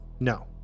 No